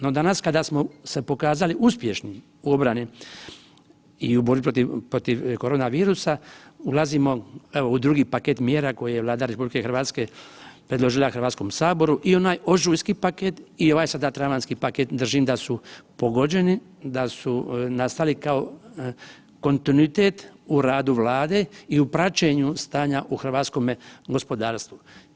No, danas kada smo se pokazali uspješnim u obrani i u borbi protiv korona virusa ulazimo evo u drugi paket mjera koje je Vlada RH predložila Hrvatskom saboru i onaj ožujski paket i ovaj sada travanjski paket držim da su pogođeni, da su nastali kao kontinuitet u radu Vlade i u praćenju stanja u hrvatskome gospodarstvu.